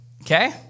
Okay